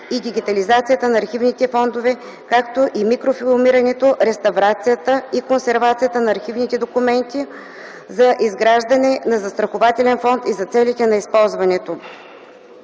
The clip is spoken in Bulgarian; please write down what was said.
и дигитализацията на архивните фондове, както и микрофилмирането, реставрацията и консервацията на архивните документи за изграждане на застрахователен фонд и за целите на използването.